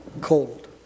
cold